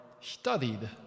studied